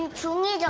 to eat? ah